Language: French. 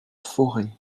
fauré